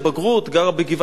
גרה בגבעת-שמואל,